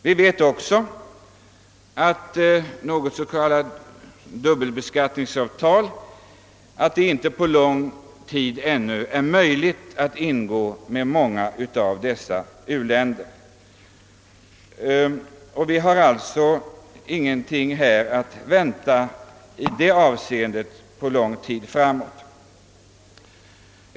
Vi vet också att det under lång tid inte är möjligt att ingå något dubbelbeskattningsavtal med många av dessa u-länder; vi har ingenting att vänta i det avseendet under lång tid framöver.